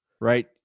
right